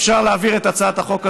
אפשר להעביר את הצעת החוק הזאת,